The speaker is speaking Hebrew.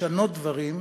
לשנות דברים,